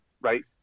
right